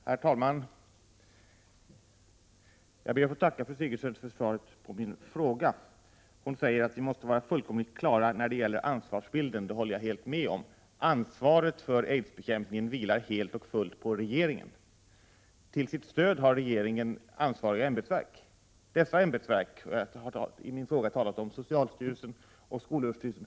Herr talman! Jag ber att få tacka fru Sigurdsen för svaret på min fråga. Hon säger att vi måste vara fullkomligt klara när det gäller ansvarsbilden. Det håller jag helt med om. Ansvaret för aidsbekämpningen vilar helt och fullt på regeringen. Regeringen har ansvariga ämbetsverk till sitt stöd. I min fråga talade jag om socialstyrelsen och skolöverstyrelsen.